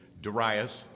Darius